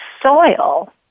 soil